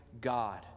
God